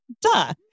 Duh